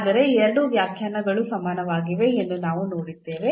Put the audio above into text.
ಆದರೆ ಎರಡೂ ವ್ಯಾಖ್ಯಾನಗಳು ಸಮಾನವಾಗಿವೆ ಎಂದು ನಾವು ನೋಡಿದ್ದೇವೆ